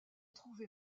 trouvé